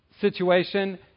situation